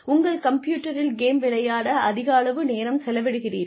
உங்கள் கம்ப்யூட்டரில் கேம் விளையாட அதிக அளவு நேரம் செலவிடுகிறீர்கள்